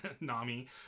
Nami